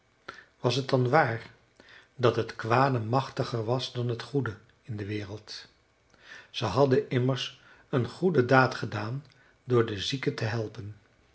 was het dan waar dat het kwade machtiger was dan het goede in de wereld ze hadden immers een goede daad gedaan door de zieke te helpen